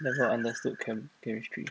never understood chem~ chemistry